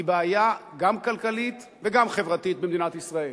היא בעיה גם כלכלית וגם חברתית במדינת ישראל.